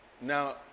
Now